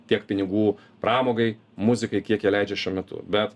tiek pinigų pramogai muzikai kiek jie leidžia šiuo metu bet